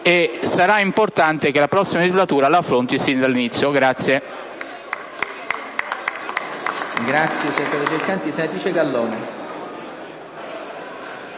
Sarà importante che la prossima legislatura li affronti sin dall'inizio*.